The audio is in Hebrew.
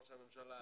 ראש הממשלה,